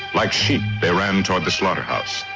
like sheep, they ran toward the slaughterhouse.